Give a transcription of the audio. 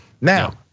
Now